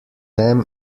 them